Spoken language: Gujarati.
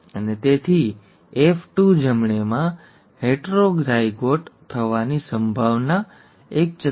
અને તેથી F2 જમણે માં હેટરોઝાઇગોટ થવાની સંભાવના 14 14 છે જે અડધી છે અને તેથી વધુ છે